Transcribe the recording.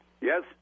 Yes